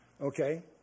Okay